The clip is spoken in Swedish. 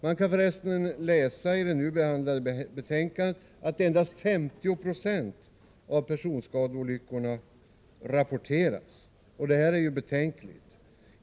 Man kan för resten läsa i det nu behandlade betänkandet att endast 50 96 av personskadeolyckorna rapporteras. Det är betänkligt.